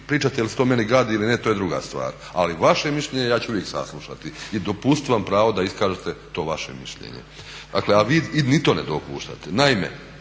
pričate ili se to meni gadi ili ne to je druga stvar. Ali vaše mišljenje ja ću uvijek saslušati i dopustiti vam pravo da iskažete to vaše mišljenje. Dakle, a vi ni to ne dopuštate.